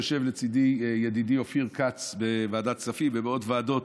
יושב לצידי ידידי אופיר כץ בוועדת הכספים ובעוד ועדות